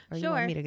Sure